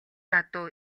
адуу